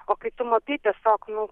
o kai tu matai tiesiog nu